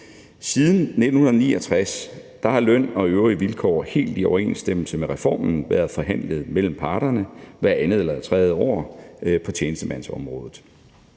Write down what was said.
Siden 1969 har løn og øvrige vilkår helt i overensstemmelse med reformen været forhandlet mellem parterne hvert andet eller hvert tredje år på tjenestemandsområdet,